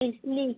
इसली